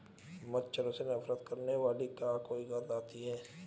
मच्छरों से नफरत करने वाली क्या कोई गंध आती है?